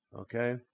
Okay